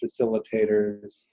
facilitators